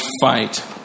fight